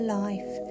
life